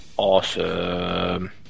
awesome